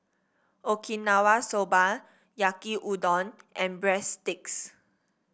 Okinawa Soba Yaki Udon and breadsticks